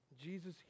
Jesus